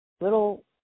little